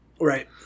Right